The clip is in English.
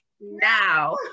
now